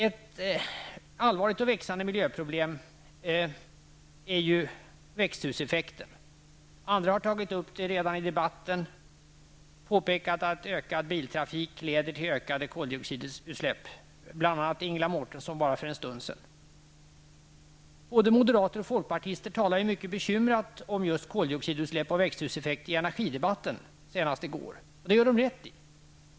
Ett allvarligt och växande miljöproblem är växthuseffekten. Andra talare har redan tagit upp frågan i debatten och påpekat att ökad trafik leder till ökade koldioxidutsläpp. Bl.a. tog Ingela Mårtensson upp detta för en stund sedan. Både moderaterna och folkpartisterna talade mycket bekymrade om just koldioxidutsläppen och växthuseffekten i en energipolitisk debatt, senast i går. Det gör de rätt i.